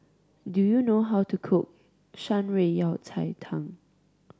do you know how to cook Shan Rui Yao Cai Tang